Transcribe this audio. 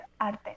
arte